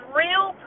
real